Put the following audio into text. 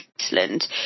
Iceland